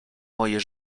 moje